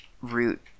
root